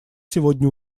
сегодня